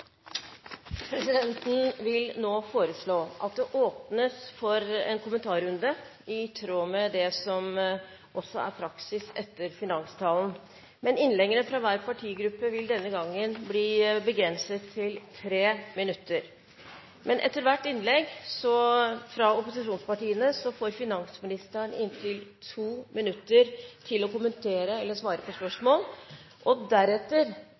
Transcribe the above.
Presidenten vil foreslå at det nå åpnes for en kommentarrunde, i tråd med det som også er praksis etter finanstalen, men innleggene fra hver partigruppe vil denne gang bli begrenset til 3 minutter. Etter hvert innlegg fra opposisjonspartiene får finansministeren inntil 2 minutter til å kommentere/svare på spørsmål. Deretter får representantene fra opposisjonspartiene anledning til en sluttkommentar på